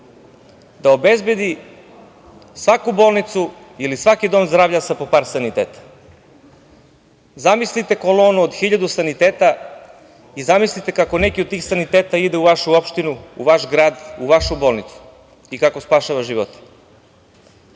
Da obezbedi svaku bolnicu ili svaki dom zdravlja sa po par saniteta. Zamislite kolonu od hiljadu saniteta i zamislite kako neki od tih saniteta ide u vašu opštinu, vaš grad, u vašu bolnicu i kako spašava živote.